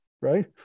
right